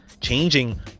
changing